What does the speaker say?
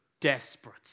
desperate